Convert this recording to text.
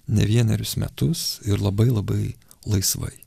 ne vienerius metus ir labai labai laisvai